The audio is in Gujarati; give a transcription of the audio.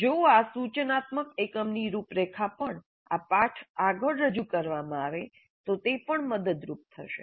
જો આ સૂચનાત્મક એકમની રૂપરેખા પણ આ પાઠ આગળ રજૂ કરવામાં આવે તો તે પણ મદદરૂપ થશે